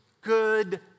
good